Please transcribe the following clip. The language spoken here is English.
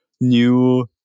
new